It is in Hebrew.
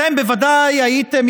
אתם בוודאי הייתם,